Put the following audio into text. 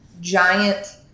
giant